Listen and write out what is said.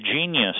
genius